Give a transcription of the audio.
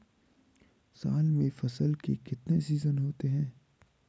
साल में फसल के कितने सीजन होते हैं?